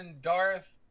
darth